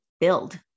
build